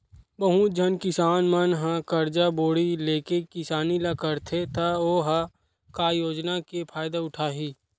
बहुत झन किसान मन ह करजा बोड़ी लेके किसानी ल करथे त ओ ह का योजना के फायदा उठाही